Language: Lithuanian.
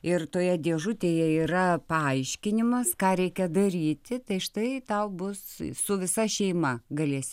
ir toje dėžutėje yra paaiškinimas ką reikia daryti tai štai tau bus su visa šeima galėsi